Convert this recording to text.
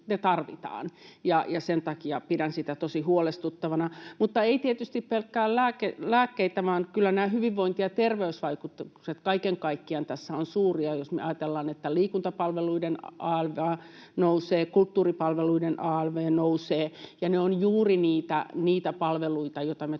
ne tarvitaan. Sen takia pidän sitä tosi huolestuttavana. Mutta ei tietysti pelkät lääkkeet, vaan kyllä nämä hyvinvointi- ja terveysvaikutukset kaiken kaikkiaan tässä ovat suuria. Jos me ajatellaan, että liikuntapalveluiden alv nousee ja kulttuuripalveluiden alv nousee, niin ne ovat juuri niitä palveluita, että me